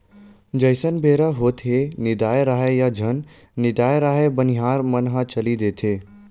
जइसने बेरा होथेये निदाए राहय या झन निदाय राहय बनिहार मन ह चली देथे